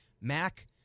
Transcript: Mac